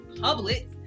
public